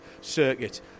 circuit